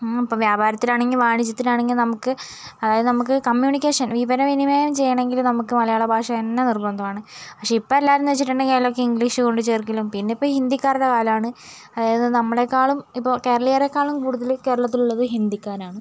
നമ്മളിപ്പം വ്യാപാരത്തിനാണെങ്കി വാണിജ്യത്തിനാണെങ്കി നമുക്ക് അതായത് നമ്മക്ക് കമ്മ്യൂണിക്കേഷൻ വിവരവിനിമയം ചെയ്യണങ്കില് നമുക്ക് മലയാള ഭാഷ തന്നെ നിർബന്ധമാണ് പക്ഷേ ഇപ്പ എല്ലാരുംന്ന് വച്ചിട്ടുണ്ടെങ്കി അതിലേക്ക് ഇംഗ്ലീഷ് കൊണ്ട് ചേർക്കലും പിന്നിപ്പൊ ഹിന്ദിക്കാരുടെ കാലാണ് അതായത് നമ്മളെക്കാളും ഇപ്പോ കേരളീയരെക്കാളും കൂടുതല് കേരളത്തിലുള്ളത് ഹിന്ദിക്കാരാണ്